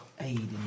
aid